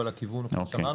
אבל הכיוון הוא כמו שאמרנו.